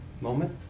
moment